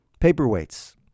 Paperweights